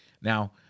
Now